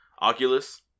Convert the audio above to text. oculus